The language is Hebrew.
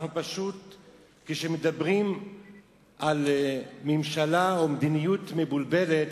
כשמדברים על ממשלה או מדיניות מבולבלת,